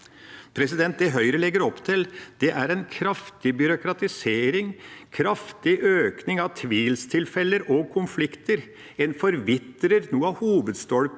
stilling. Det Høyre legger opp til, er en kraftig byråkratisering og en kraftig økning av tvilstilfeller og konflikter. En forvitrer noen av hovedstolpene